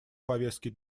повестки